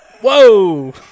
Whoa